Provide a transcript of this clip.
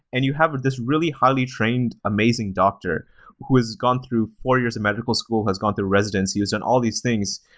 and you have this really highly trained, amazing doctor who has gone through four years of medical school, has gone through residencies, and all these things,